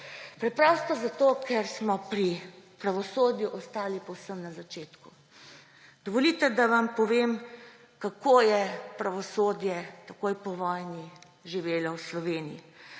Preprosto zato, ker smo pri pravosodju ostali povsem na začetku. Dovolite, da vam povem, kako je pravosodje takoj po vojni živelo v Sloveniji.